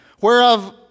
Whereof